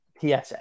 PSA